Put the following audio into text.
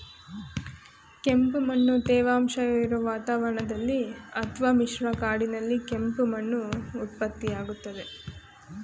ಕೆಂಪುಮಣ್ಣು ತೇವಾಂಶವಿರೊ ವಾತಾವರಣದಲ್ಲಿ ಅತ್ವ ಮಿಶ್ರ ಕಾಡಿನಲ್ಲಿ ಕೆಂಪು ಮಣ್ಣು ಉತ್ಪತ್ತಿಯಾಗ್ತದೆ